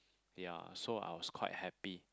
ya so I was quite happy